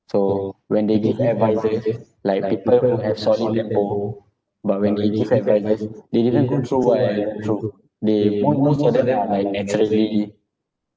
so when they give advices like people who have solid tempo but when they give advices they didn't go through what I went through they most of them are like naturally